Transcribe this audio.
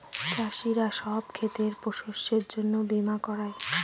চাষীরা সব ক্ষেতের শস্যের জন্য বীমা করায়